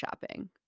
shopping